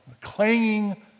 clanging